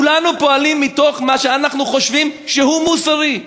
כולנו פועלים מתוך מה שאנחנו חושבים שהוא מוסרי.